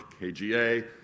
KGA